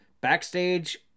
Backstage